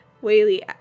Whaley